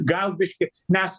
gal biškį mes